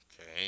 okay